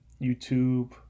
YouTube